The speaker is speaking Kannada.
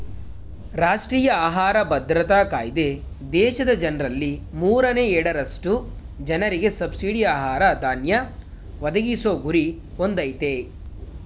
ರಾಷ್ಟ್ರೀಯ ಆಹಾರ ಭದ್ರತಾ ಕಾಯ್ದೆ ದೇಶದ ಜನ್ರಲ್ಲಿ ಮೂರನೇ ಎರಡರಷ್ಟು ಜನರಿಗೆ ಸಬ್ಸಿಡಿ ಆಹಾರ ಧಾನ್ಯ ಒದಗಿಸೊ ಗುರಿ ಹೊಂದಯ್ತೆ